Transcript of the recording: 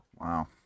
Wow